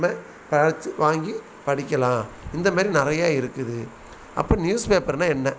இப்போ எதாச்சும் வாங்கி படிக்கலாம் இந்தமாரி நிறையா இருக்குது அப்போ நியூஸ் பேப்பர்னால் என்ன